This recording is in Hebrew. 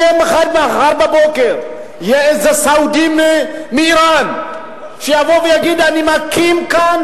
אם מחר בבוקר יהיה איזה סעודי מאירן שיבוא ויגיד: אני מקים כאן,